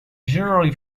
generally